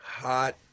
Hot